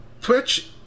Twitch